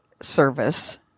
service